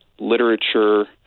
literature